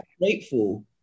grateful